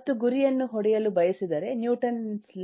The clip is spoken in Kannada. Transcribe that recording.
ಮತ್ತು ಗುರಿಯನ್ನು ಹೊಡೆಯಲು ಬಯಸಿದರೆನ್ಯೂಟನ್'ಸ್